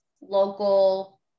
local